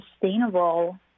sustainable